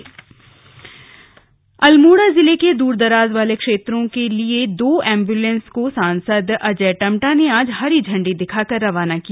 ambulance Almora जिले के दूर दराज वाले क्षेत्रों के लिए दो एंबुलेंसों को सांसद अजय टम्टा ने आज हरी झंडी दिखाकर रवाना किया